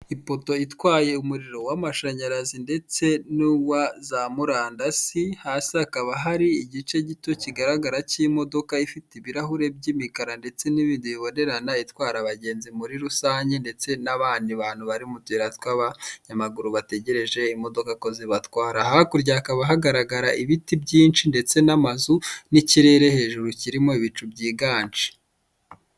Ipoto itwaye umuriro w'amashanyarazi ndetse n'uwa za murandasi, hasi hakaba hari igice gito kigaragara cy'imodoka ifite ibirahure by'imikara, ndetse n'ibindi bibonerana itwara abagenzi muri rusange, ndetse n'abandi bantu bari mu tuyira tw'abanyamaguru bategereje imodoka ko zibatwara. Hakurya hakaba hagaragara ibiti byinshi ndetse n'amazu n'ikirere hejuru kirimo ibicu byiganje.